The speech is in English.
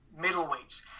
middleweights